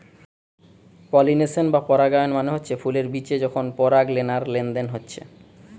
pollination বা পরাগায়ন মানে হচ্ছে ফুলের বিচে যখন পরাগলেনার লেনদেন হচ্ছে